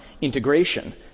integration